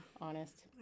honest